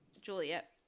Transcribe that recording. Juliet